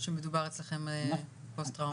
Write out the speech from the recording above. שמדובר בפוסט טראומה.